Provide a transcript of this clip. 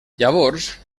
llavors